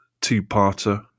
two-parter